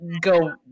go